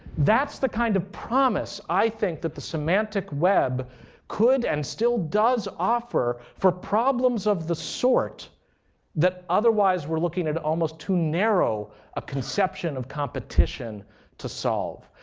that's the kind of promise, i think, that the semantic web could and still does offer for problems of the sort that otherwise we're looking at almost too narrow a conception of competition to solve.